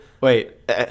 wait –